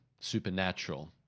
Supernatural